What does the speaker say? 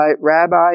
Rabbi